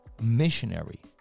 missionary